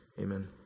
amen